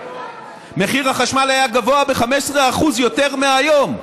מחיר החשמל היה גבוה ב-15% יותר מהיום.